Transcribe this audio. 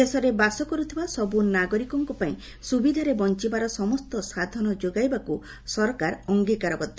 ଦେଶରେ ବାସ କରୁଥିବା ସବୁ ନାଗରିକଙ୍କ ପାଇଁ ସୁବିଧାରେ ବଞ୍ଚିବାର ସମସ୍ତ ସାଧନ ଯୋଗାଇବାକୁ ସରକାର ଅଙ୍ଗୀକାରବଦ୍ଧ